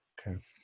Okay